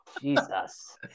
Jesus